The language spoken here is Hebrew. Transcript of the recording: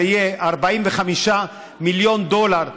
זה יהיה 45 מיליון דולר,